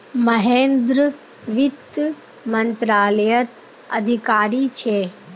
महेंद्र वित्त मंत्रालयत अधिकारी छे